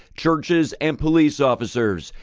churches and police officers.